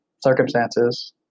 circumstances